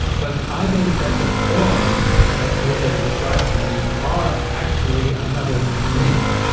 but i think that the forms as plato describes them are actually another myth.